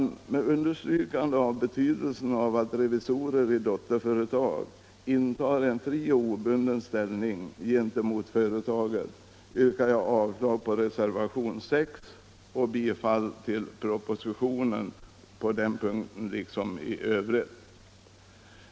Med understrykande av betydelsen av att revisorer i dotterföretag intar en fri och obunden ställning gentemot företaget biträder jag propositionen på denna punkt liksom i övrigt.